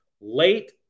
late